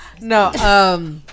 no